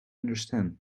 understand